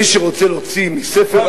מי שרוצה להוציא מספר,